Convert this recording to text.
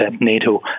NATO